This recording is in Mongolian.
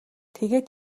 тэгээд